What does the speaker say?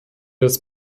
das